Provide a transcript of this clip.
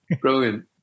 Brilliant